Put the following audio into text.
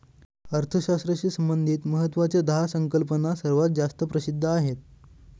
अर्थशास्त्राशी संबंधित महत्वाच्या दहा संकल्पना सर्वात जास्त प्रसिद्ध आहेत